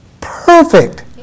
perfect